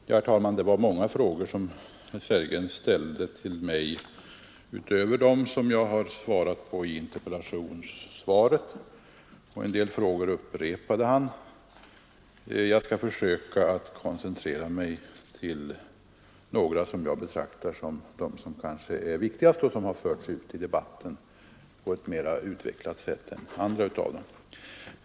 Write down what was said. Herr talman! Det var många frågor som herr Sellgren ställde till mig utöver dem som jag har svarat på i interpellationssvaret. En del frågor upprepade herr Sellgren. Jag skall försöka att koncentrera mig till några av dem som jag betraktar som viktigast och som har förts ut i debatten på ett mera utvecklat sätt än andra av dem.